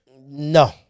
No